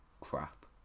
crap